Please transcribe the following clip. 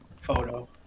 photo